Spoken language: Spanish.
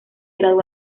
graduó